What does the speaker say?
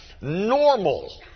normal